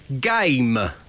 Game